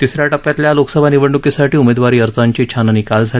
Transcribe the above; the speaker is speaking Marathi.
तिस या टप्प्यातल्या लोकसभा निव्रडणुकीसाठी उमेदवारी अर्जांची छाननी काल झाली